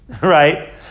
right